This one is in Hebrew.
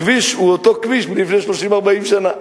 הכביש הוא אותו כביש מלפני 30 40 שנה.